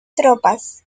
tropas